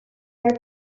our